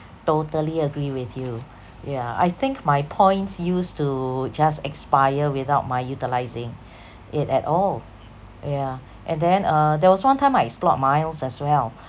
totally agree with you yeah I think my points used to just expire without my utilising it at all yeah and then uh there was one time I explored miles as well